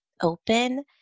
open